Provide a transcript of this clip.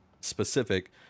specific